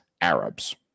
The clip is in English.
Arabs